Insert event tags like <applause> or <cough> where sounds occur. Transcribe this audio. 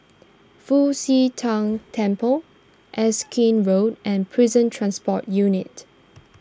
Fu Xi Tang Temple Erskine Road and Prison Transport Unit <noise>